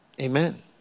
Amen